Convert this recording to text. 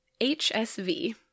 HSV